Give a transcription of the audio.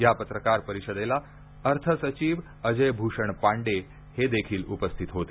या पत्रकार परिषदेला अर्थ सचिव अजयभूषण पांडे देखील उपस्थित होते